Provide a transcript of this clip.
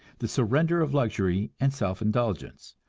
the surrender of luxury and self-indulgence,